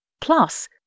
Plus